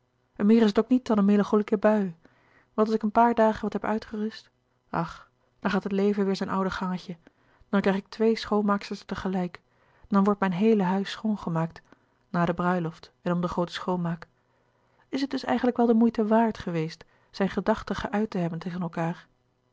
meer is het ook niet dan een melancholieke bui want als ik een paar dagen wat heb uitgerust ach dan gaat het leven weêr zijn oude gangetje dan krijg ik twee schoonmaaksters tegelijk dan wordt mijn heele huis schoongemaakt na de bruiloft en om de groote schoonmaak is het dus eigenlijk wel de moeite waard geweest zijn gedachte geuit te hebben tegen elkaâr